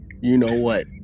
you-know-what